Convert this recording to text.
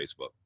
Facebook